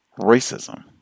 racism